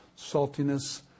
saltiness